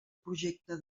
projecte